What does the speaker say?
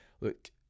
look